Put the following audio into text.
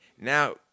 Now